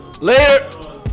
Later